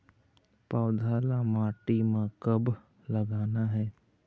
पौधा ला माटी म कब लगाना हे?